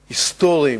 והיסטוריים,